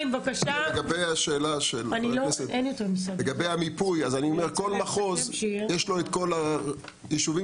לגבי המיפוי כל מחוז יש לו את כל היישובים